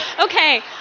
Okay